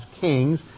kings